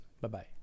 Bye-bye